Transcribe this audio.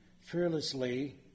fearlessly